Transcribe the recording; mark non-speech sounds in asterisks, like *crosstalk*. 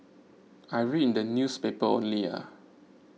I read in the newspaper only *hesitation*